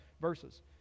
verses